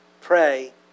Pray